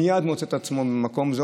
הוא מייד מוצא את עצמו במקום זה,